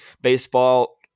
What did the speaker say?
baseball